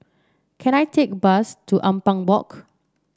can I take a bus to Ampang Walk